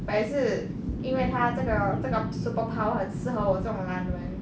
but 也是因为她这个这个 superpower 很适合我这种懒人